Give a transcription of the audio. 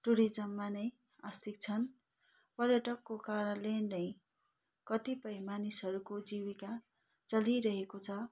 टुरिज्ममा नै आश्रित छन् पर्यटकको कारणले नै कतिपय मानिसहरूको जीविका चलिरहेको छ